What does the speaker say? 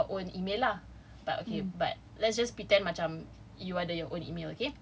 your own email lah tak okay but let's just pretend macam you ada your own email okay